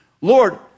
Lord